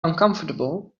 uncomfortable